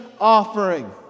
offering